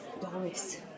Doris